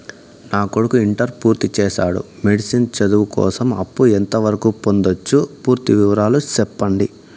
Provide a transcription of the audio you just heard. నా కొడుకు ఇంటర్ పూర్తి చేసాడు, మెడిసిన్ చదువు కోసం అప్పు ఎంత వరకు పొందొచ్చు? పూర్తి వివరాలు సెప్పండీ?